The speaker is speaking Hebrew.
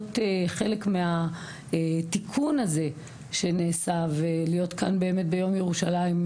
חלק מהתיקון הזה שנעשה ולהיות כאן באמת ביום ירושלים,